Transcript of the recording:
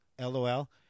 LOL